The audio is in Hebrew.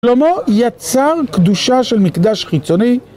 שלמה יצר קדושה של מקדש חיצוני